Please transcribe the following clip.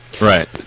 Right